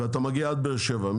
ואתה מגיע עד באר שבע?